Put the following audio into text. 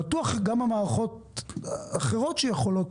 בטוח גם מערכות אחרות שיכולות,